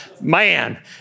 Man